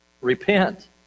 repent